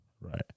right